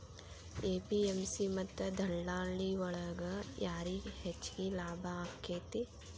APMC ಮತ್ತ ದಲ್ಲಾಳಿ ಒಳಗ ಯಾರಿಗ್ ಹೆಚ್ಚಿಗೆ ಲಾಭ ಆಕೆತ್ತಿ?